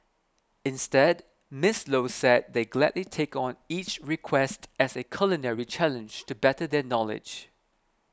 instead Miss Low said they gladly take on each request as a culinary challenge to better their knowledge